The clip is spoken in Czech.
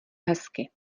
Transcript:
hezky